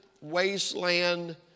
wasteland